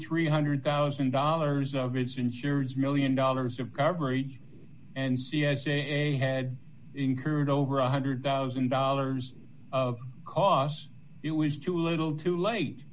three hundred thousand dollars of its insurance one million dollars of coverage and c s a had incurred over one hundred thousand dollars of costs it was too little too late